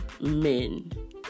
men